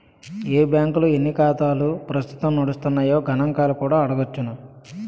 ఏ బాంకుల్లో ఎన్ని ఖాతాలు ప్రస్తుతం నడుస్తున్నాయో గణంకాలు కూడా అడగొచ్చును